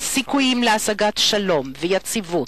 בסיכויים להשגת שלום ויציבות.